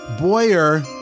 Boyer